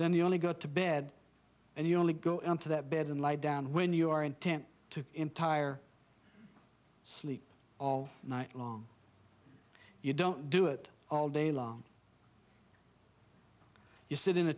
then you only go to bed and you only go into that bed and lie down when you are intent to entire sleep all night long you don't do it all day long you sit in a